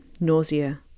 nausea